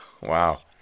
Wow